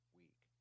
week